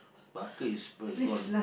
bucket you spill gone